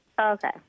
Okay